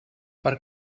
per